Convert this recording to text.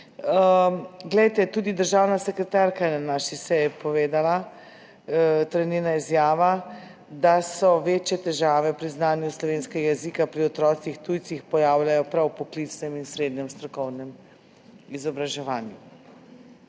znanje. Tudi državna sekretarka je na naši seji povedala, to je njena izjava, da se večje težave pri znanju slovenskega jezika pri otrocih tujcih pojavljajo prav v poklicnem in srednjem strokovnem izobraževanju.